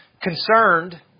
Concerned